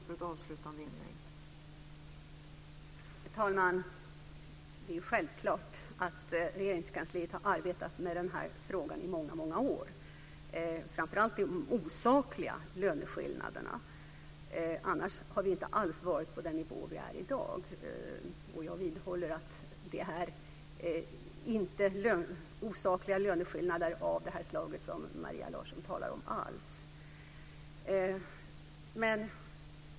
Fru talman! Det är självklart att Regeringskansliet har arbetat med denna fråga i många år, framför allt gäller det de osakliga löneskillnaderna. Annars hade vi inte varit på den nivå vi är på i dag. Jag vidhåller att det inte alls finns osakliga löneskillnader av det slag Maria Larsson talar om.